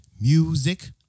music